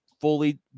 fully